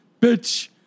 bitch